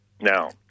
Now